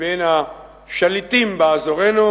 מבין השליטים באזורנו,